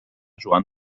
joan